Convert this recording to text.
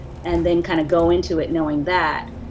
and then kind of go into it knowing that,